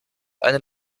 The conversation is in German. einen